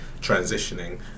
transitioning